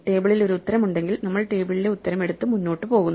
ടേബിളിൽ ഒരു ഉത്തരമുണ്ടെങ്കിൽ നമ്മൾ ടേബിളിലെ ഉത്തരം എടുത്ത് മുന്നോട്ട് പോകുന്നു